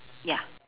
ya